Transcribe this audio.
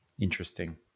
Interesting